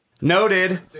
Noted